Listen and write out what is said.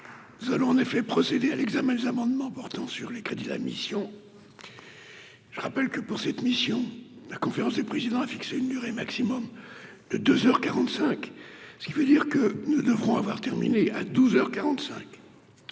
nous allons en effet procédé à l'examen des amendements portant sur les crédits de la mission, je rappelle que pour cette mission, la conférence des présidents a fixé une durée maximum de 2 heures 45, ce qui veut dire que nous devrons avoir terminé à 12